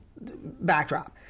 Backdrop